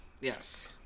yes